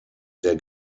der